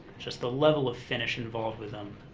just the level of finish involved with them,